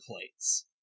plates